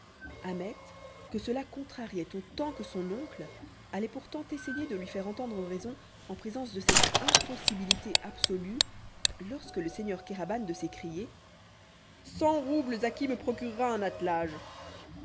ahmet que cela contrariait autant que son oncle allait pourtant essayer de lui faire entendre raison en présence de cette impossibilité absolue lorsque le seigneur kéraban de s'écrier cent roubles à qui me procurera un attelage